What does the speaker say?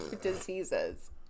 diseases